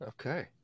Okay